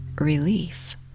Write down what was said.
relief